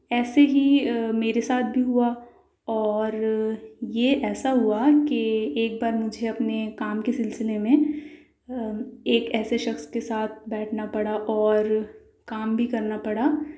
ایسے ہی میرے ساتھ بھی ہوا اور یہ ایسا ہوا کہ ایک بار مجھے اپنے کام کے سلسلے میں ایک ایسے شخص کے ساتھ بیٹھنا پڑا اور کام بھی کرنا پڑا